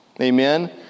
Amen